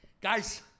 guys